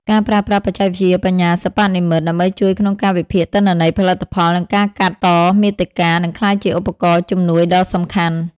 ការប្រើប្រាស់បច្ចេកវិទ្យាបញ្ញាសិប្បនិម្មិត ដើម្បីជួយក្នុងការវិភាគទិន្នន័យផលិតផល និងការកាត់តមាតិកា នឹងក្លាយជាឧបករណ៍ជំនួយដ៏សំខាន់។